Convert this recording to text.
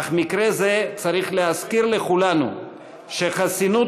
אך מקרה זה צריך להזכיר לכולנו שחסינות